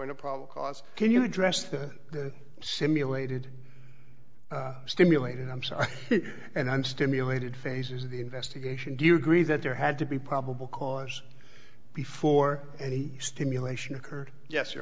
in a problem cause can you address that simulated stimulated i'm sorry and i'm stimulated phases of the investigation do you agree that there had to be probable cause before any stimulation occurred yes you